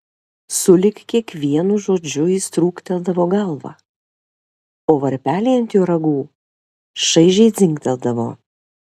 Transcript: sulig kiekvienu žodžiu jis trūkteldavo galvą o varpeliai ant jo ragų šaižiai dzingteldavo